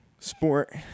Sport